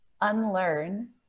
unlearn